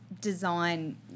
design